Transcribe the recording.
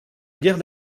guerre